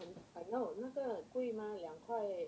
那我那个贵吗两块